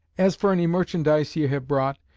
as for any merchandise ye have brought,